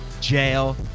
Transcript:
Jail